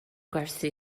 gwerthu